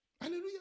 Hallelujah